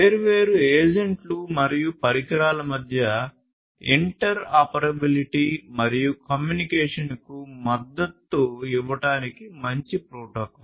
వేర్వేరు ఏజెంట్లు మరియు పరికరాల మధ్య ఇంటర్పెరాబిలిటీ మరియు కమ్యూనికేషన్కు మద్దతు ఇవ్వడానికి మంచి ప్రోటోకాల్